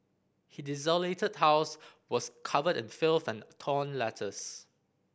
the desolated house was covered in filth and torn letters